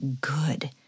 good